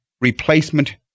replacement